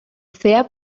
fair